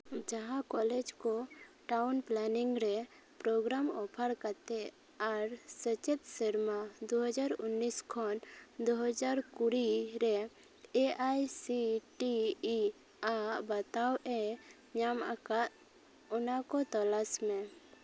ᱡᱟᱦᱟᱸ ᱠᱚᱞᱮᱡᱽ ᱠᱚ town planning ᱨᱮ ᱯᱨᱳᱜᱽᱨᱟᱢ ᱚᱯᱷᱟᱨ ᱠᱟᱛᱮ ᱟᱨ ᱥᱮᱪᱮᱫ ᱥᱮᱨᱢᱟ ᱫᱩᱦᱟᱡᱟᱨ ᱩᱱᱤᱥ ᱠᱷᱚᱱ ᱫᱩᱦᱟᱡᱟᱨ ᱠᱩᱲᱤ ᱨᱮ A I C T E ᱟᱜ ᱵᱟᱛᱟᱣ ᱮ ᱧᱟᱢ ᱟᱠᱟᱫ ᱚᱱᱟ ᱠᱚ ᱛᱚᱞᱟᱥ ᱢᱮ